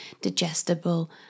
digestible